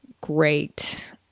great